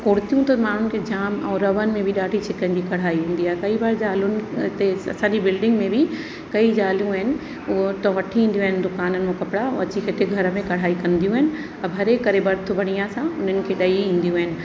और कुर्तियूं त माण्हूनि खे जाम ऐं रहण में बि ॾाढी चिकन जी कढ़ाई ईंदी आहे कई बार ज़ालियुनि हिते असांजी बिल्डिंग में बि कई ज़ालियुनि आहिनि हूअ हुतां वठी ईंदियूं आहिनि दुकाननि मां कपिड़ा और अची करे हिते घर में कढ़ाई कंदियूं आहिनि और भरे करे बर्थ बढ़िया सां उन्हनि खे ॾेई ईंदियूं आहिनि